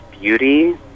beauty